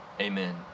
amen